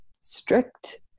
strict